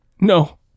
no